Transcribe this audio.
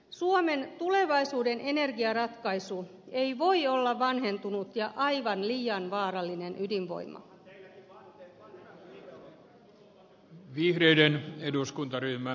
suomen tulevaisuuden energiaratkaisu ei voi olla vanhentunut ja aivan liian vaarallinen ydinvoima